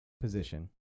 position